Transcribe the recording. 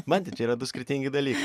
man tai čia yra du skirtingi daly